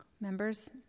members